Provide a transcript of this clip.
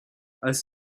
als